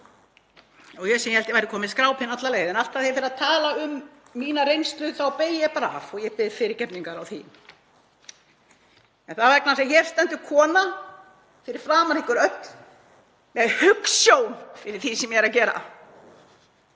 Ég sem hélt að ég væri komin með skrápinn alla leið en alltaf þegar ég fer að tala um mína reynslu þá beygi ég bara af og ég biðst fyrirgefningar á því. En það er vegna þess að hér stendur kona fyrir framan ykkur öll með hugsjón fyrir því sem ég er að gera.